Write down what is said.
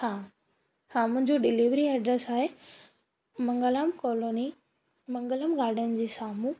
हा हा मुंहिंजो डिलीवरी एड्रेस आहे मंगलम कॉलोनी मंगलम गार्डन जे साम्हूं हां